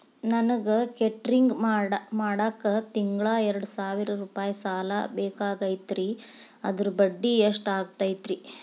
ನನಗ ಕೇಟರಿಂಗ್ ಮಾಡಾಕ್ ತಿಂಗಳಾ ಎರಡು ಸಾವಿರ ರೂಪಾಯಿ ಸಾಲ ಬೇಕಾಗೈತರಿ ಅದರ ಬಡ್ಡಿ ಎಷ್ಟ ಆಗತೈತ್ರಿ?